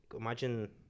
imagine